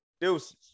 Deuces